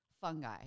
fungi